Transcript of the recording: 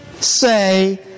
say